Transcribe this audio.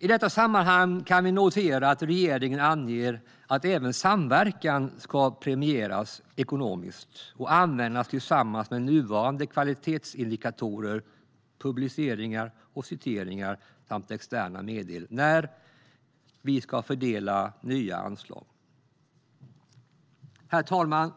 I detta sammanhang kan vi notera att regeringen anger att även samverkan ska premieras ekonomiskt och användas tillsammans med nuvarande kvalitetsindikatorer, som publiceringar och citeringar, samt externa medel när nya anslag ska fördelas. Herr talman!